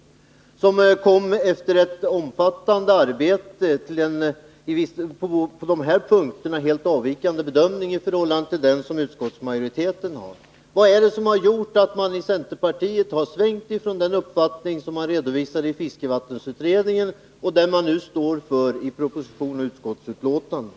Utredningen kom efter ett omfattande arbete fram till en bedömning på de här punkterna vilken helt avviker från den som utskottsmajoriteten har. Vad är det som har gjort att man i centerpartiet har svängt från den uppfattning man redovisade i fiskevattensutredningen och den man nu står för i propositionen och utskottsbetänkandet?